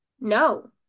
No